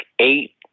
eight